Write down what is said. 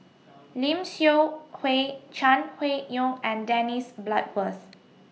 Lim Seok Hui Chai Hui Yoong and Dennis Bloodworth